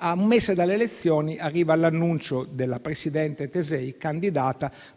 a un mese dalle elezioni arriva l'annuncio della candidata presidente Tesei,